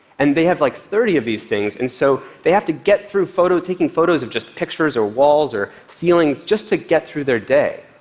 and they have, like, thirty of these things, and so they have to get through taking photos of just pictures or walls or ceilings just to get through their day.